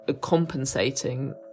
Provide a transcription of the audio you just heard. compensating